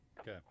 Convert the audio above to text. okay